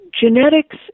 genetics